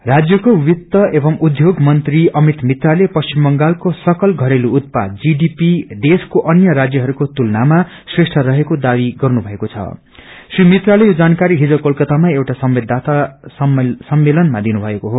GDP राज्यको वित्त एवं उध्योग मंत्री अमित मित्राले पश्चिम बंगालको सकल घरेलु उत्पाद देश्को अन्य राज्यहरूको तुलनामा श्रेष्ठ रेको दावी गर्नुभएको छं श्री मित्राले यो जानकारी हिज कोलक्रतामा एउटा संवाददाता सम्मेलनमा दिनुभएको हो